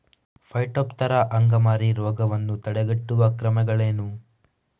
Phytophthora ಅಂಗಮಾರಿ ರೋಗವನ್ನು ತಡೆಗಟ್ಟುವ ಕ್ರಮಗಳೇನು?